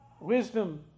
Wisdom